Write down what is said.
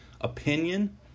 opinion